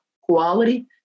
quality